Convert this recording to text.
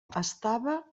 estava